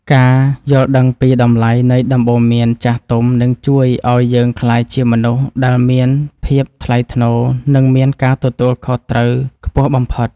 ការយល់ដឹងពីតម្លៃនៃដំបូន្មានចាស់ទុំនឹងជួយឱ្យយើងក្លាយជាមនុស្សដែលមានភាពថ្លៃថ្នូរ និងមានការទទួលខុសត្រូវខ្ពស់បំផុត។